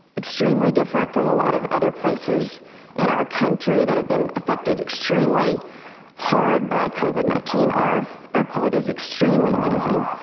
extremely different from a lot of other places in our country that have been affected extremely hard by covid nineteen. our air quality is extremely amazing.